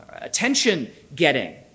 attention-getting